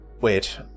Wait